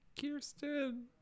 kirsten